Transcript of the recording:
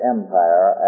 Empire